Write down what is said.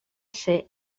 ser